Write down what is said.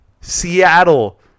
Seattle